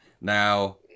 Now